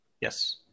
Yes